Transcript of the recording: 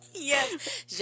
Yes